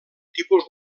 tipus